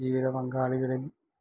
ജീവിത പങ്കാളികളിൽ